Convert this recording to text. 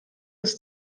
des